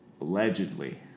Allegedly